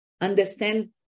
understand